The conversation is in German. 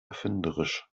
erfinderisch